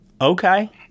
Okay